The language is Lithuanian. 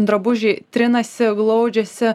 drabužiai trinasi glaudžiasi